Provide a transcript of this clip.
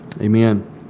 Amen